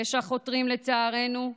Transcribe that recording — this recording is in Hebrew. לצערנו,